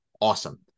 Awesome